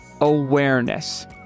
awareness